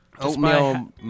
oatmeal